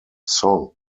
song